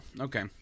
okay